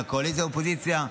מהקואליציה ומהאופוזיציה,